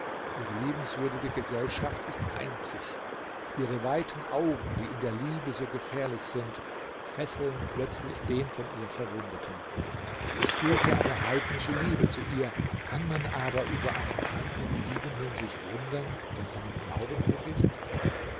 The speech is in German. ihre liebenswürdige gesellschaft ist einzig ihre weiten augen die in der liebe so gefährlich sind fesseln plötzlich den von ihr verwundeten ich fühlte eine heidnische liebe zu ihr kann man aber über einen kranken liebenden sich wundern der seinen glauben vergißt